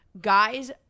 guys